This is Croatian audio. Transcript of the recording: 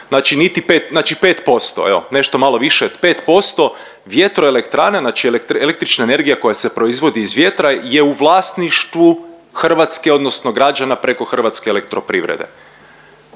znači 5% evo, nešto malo više od 5% vjetroelektrana znači električna energija koja se proizvodi iz vjetra je u vlasništvu Hrvatske odnosno građana preko HEP-a, a ostali